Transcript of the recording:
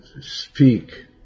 speak